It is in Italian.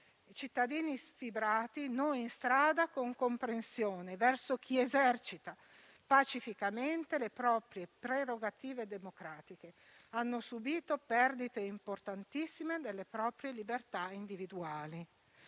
cittadini sfibrati, noi in strada con comprensione (...) verso chi esercita pacificamente le proprie prerogative democratiche (...) hanno subito perdite importantissime delle proprie libertà individuali».